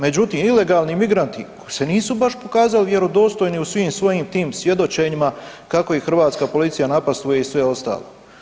Međutim, ilegalni migranti koji se nisu baš pokazali vjerodostojni u svim svojim tim svjedočenjima kako ih hrvatska policija napastvuje i sve ostalo.